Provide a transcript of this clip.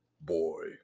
Boy